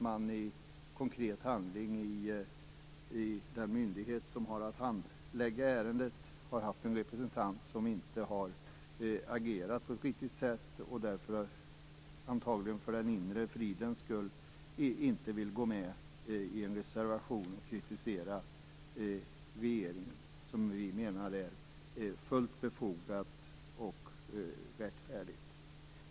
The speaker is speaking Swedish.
Man har i den myndighet som har att handlägga ärendet haft en representant som inte har agerat på ett riktigt sätt. Man vill därför, antagligen för den inre fridens skull, inte gå med på en reservation och kritisera regeringen, vilket vi menar är fullt befogat och rättfärdigt.